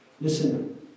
Listen